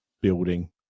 building